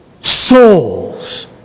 souls